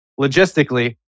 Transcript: logistically